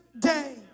day